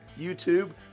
YouTube